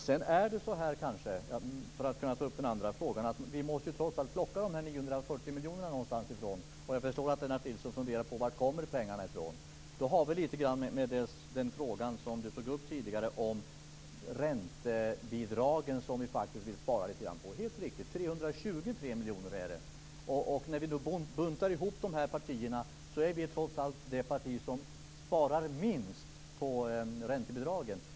Sedan måste vi kanske, för att ta upp den andra frågan, trots allt plocka de 940 miljonerna någonstans ifrån. Jag förstår att Lennart Nilsson funderar över varifrån pengarna kommer. Det har en del att göra med den fråga Lennart Nilsson tog upp tidigare, om räntebidragen, som vi faktiskt vill spara lite grann på. Helt riktigt är det 323 miljoner. När vi buntar ihop de här partierna ser vi att vi trots allt är det parti som sparar minst på räntebidragen.